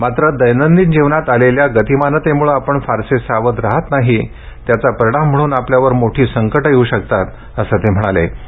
मात्र दैनंदिन जीवनात आलेल्याज गतिमानतेमूळे आपण फारसे सावध राहत नाही त्याचा परिणाम म्हणून आपल्यावर मोठी संकटं येऊ शकतात असं ते म्हणाले